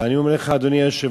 ואני אומר לך, אדוני היושב-ראש,